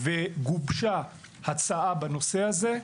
וגובשה הצעה בנושא הזה,